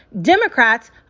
Democrats